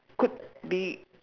could be